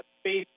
space